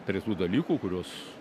tų dalykų kuriuos